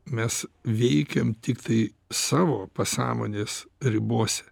mes veikiam tiktai savo pasąmonės ribose